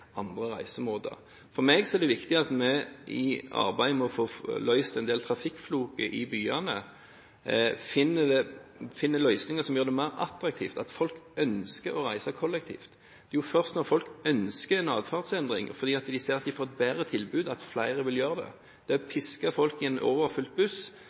andre reisemåter. For meg er det viktig at vi i arbeidet med å få løst en del trafikkfloker i byene finner løsninger som gjør det mer attraktivt, at folk ønsker å reise kollektivt. Det er jo først når folk ønsker en atferdsendring, fordi de ser at de får et bedre tilbud, at flere vil gjøre det. Det å piske folk inn i en overfylt buss